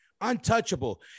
untouchable